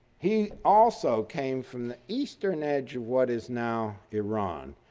he also came from the eastern edge, what is now iran.